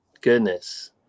goodness